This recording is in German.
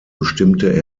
bestimmte